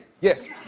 Yes